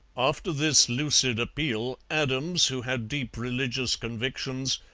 after this lucid appeal, adams, who had deep religious convictions,